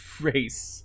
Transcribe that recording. Race